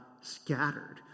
scattered